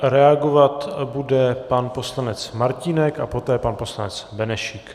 Reagovat bude pan poslanec Martínek a poté pan poslanec Benešík.